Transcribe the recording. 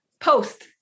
post